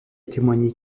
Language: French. témoigné